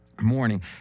morning